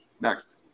Next